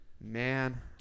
Man